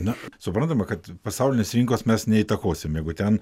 na suprantama kad pasaulinės rinkos mes neįtakosim jeigu ten